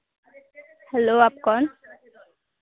hello आप कौन